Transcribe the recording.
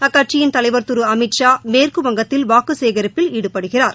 அக்கட்சியின் தலைவர் திரு அமித்ஷா மேற்குவங்கத்தில் வாக்கு சேகரிப்பில் ஈடுபடுகிறார்